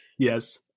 Yes